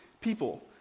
people